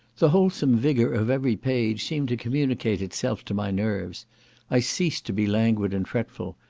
the wholesome vigour of every page seemed to communicate itself to my nerves i ceased to be languid and fretful,